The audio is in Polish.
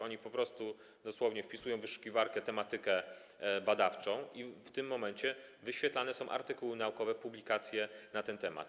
Oni po prostu dosłownie wpisują w wyszukiwarkę tematykę badawczą i w tym momencie wyświetlane są artykuły naukowe, publikacje na ten temat.